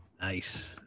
Nice